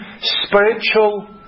spiritual